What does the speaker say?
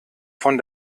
von